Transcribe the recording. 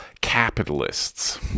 capitalists